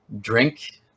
drink